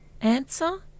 answer